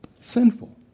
sinful